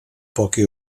poche